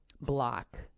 block